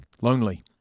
lonely